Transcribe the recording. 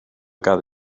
gael